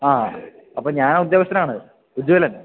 ആ അപ്പോള് ഞാന് ആ ഉദ്യോഗസ്ഥനാണ് ഉജ്വലൻ